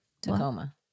Tacoma